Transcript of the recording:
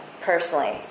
personally